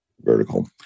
vertical